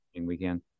weekend